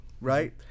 right